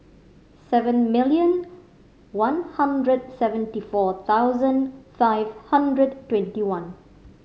seven million one hundred seventy four thousand five hundred twenty one